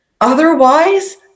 Otherwise